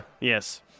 Yes